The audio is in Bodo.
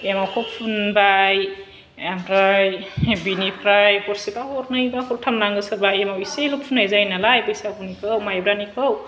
एमावखौ फुनबाय आमफ्राय बिनिफ्राय हरसेबा हरनै हरथाम नाङो सोरबा एमाव एसेल' फुननाय जायो नालाय बैसागुनिखौ मायब्रानिखौ